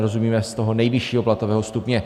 Rozumíme z toho nejvyššího platového stupně.